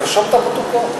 תרשום את הפרוטוקול.